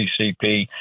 CCP